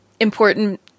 important